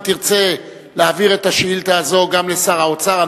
אם תרצה להעביר את השאילתא הזאת גם לשר האוצר,